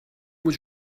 was